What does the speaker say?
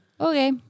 Okay